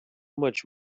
much